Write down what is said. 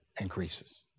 increases